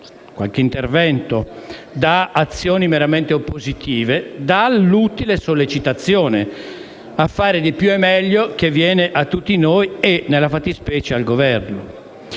qualche intervento, da azioni meramente oppositive dall'utile sollecitazione a fare di più e meglio, che viene a tutti noi e, nella fattispecie, al Governo,